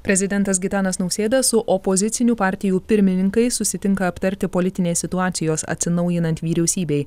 prezidentas gitanas nausėda su opozicinių partijų pirmininkais susitinka aptarti politinės situacijos atsinaujinant vyriausybei